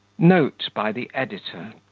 note by the editor